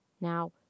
Now